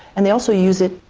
and they also use it,